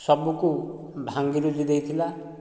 ସବୁକୁ ଭାଙ୍ଗି ରୁଜି ଦେଇଥିଲା